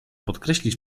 podkreślić